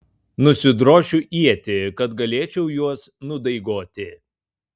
nusidrošiu ietį kad galėčiau juos nudaigoti